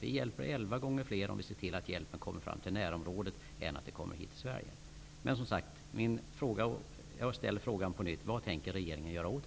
Vi hjälper elva gånger fler om vi ser till att hjälpen kommer fram till närområdet än om flyktingar kommer hit till Sverige.